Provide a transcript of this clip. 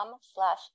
slash